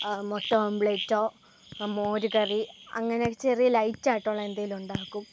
മുട്ട ഓംപ്ലേറ്റൊ മോരുകറി അങ്ങനെ ചെറിയ ലൈറ്റായിട്ടുള്ള എന്തെങ്കിലുമുണ്ടാക്കും